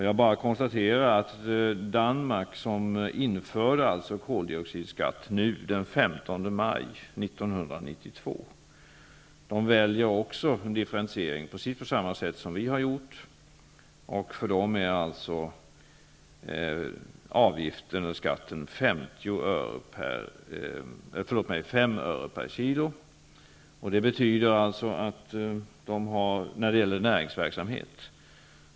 Jag kan konstatera att Danmark, som införde koldioxidskatt den 15 maj 1992, väljer en differentiering på samma sätt som vi har gjort. I Danmark är skatten 5 öre/kg när det gäller näringsverksamhet.